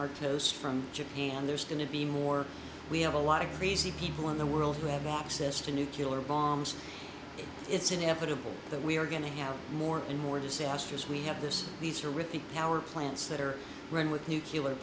our toes from japan there's going to be more we have a lot of crazy people in the world who have walk says to nucular bombs it's inevitable that we are going to have more and more disasters we have this these are ripping power plants that are run with nucular